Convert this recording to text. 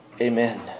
Amen